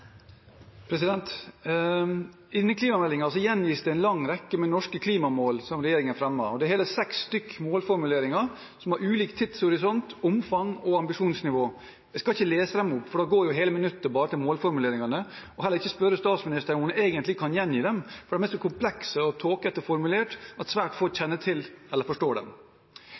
gjengis det en lang rekke med norske klimamål som regjeringen fremmer. Det er hele seks målformuleringer, som har ulik tidshorisont, ulikt omfang og ulikt ambisjonsnivå. Jeg skal ikke lese dem opp, for da går hele minuttet bare til målformuleringene, og heller ikke spørre statsministeren om hun kan gjengi dem, for de er så komplekse og tåkete formulert at svært få kjenner til eller forstår